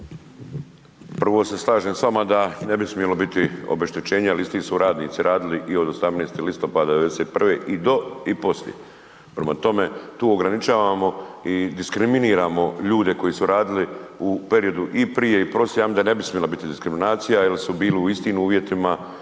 Prvo se slažem s vama da ne bi smjelo biti obeštećenja jer isti su radnici radili i od 8. listopada 1991. i do i poslije. Prema tome, tu ograničavamo i diskriminiramo ljude koji su radili u periodu i prije i poslije, ja mislim da ne bi smjela biti diskriminacija jer su bili u istim uvjetima, na